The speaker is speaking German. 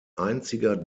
einziger